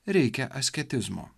reikia asketizmo